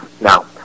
Now